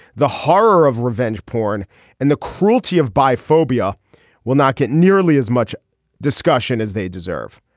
the horror of revenge porn and the cruelty of bi phobia will not get nearly as much discussion as they deserve.